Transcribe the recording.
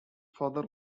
father